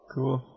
Cool